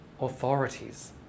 authorities